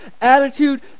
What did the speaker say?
attitude